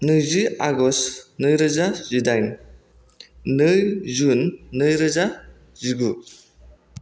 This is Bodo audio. नैजि आगस्त नै रोजा जिदाइन नै जुन नै रोजा जिगु